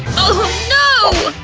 oh no!